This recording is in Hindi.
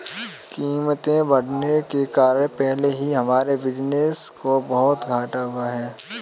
कीमतें बढ़ने के कारण पहले ही हमारे बिज़नेस को बहुत घाटा हुआ है